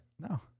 No